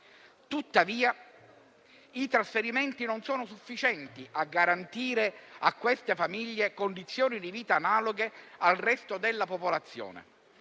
Tuttavia, i trasferimenti non sono sufficienti a garantire a queste famiglie condizioni di vita analoghe al resto della popolazione.